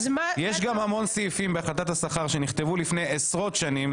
יש גם המון סעיפים בהחלטת השכר שנכתבו לפני עשרות שנים,